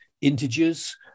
integers